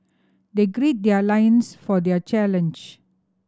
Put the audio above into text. they gird their loins for their challenge